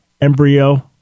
embryo